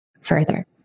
further